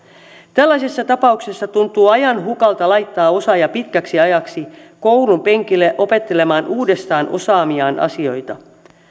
tällaisissa tapauksissa tuntuu ajanhukalta laittaa osaaja pitkäksi ajaksi koulunpenkille opettelemaan uudestaan osaamiaan asioita